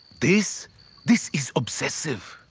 this this is obsessive.